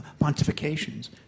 pontifications